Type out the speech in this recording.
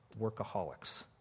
workaholics